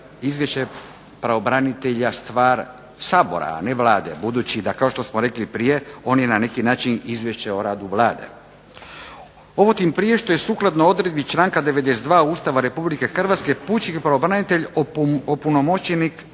izvješće pravobranitelja stvar Sabora, a ne Vlade budući da kao što smo rekli prije on je na neki način Izvješće o radu Vlade. Ovo tim prije što je sukladno odredbi članka 92. Ustava RH pučki pravobranitelj opunomoćenik